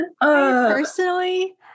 Personally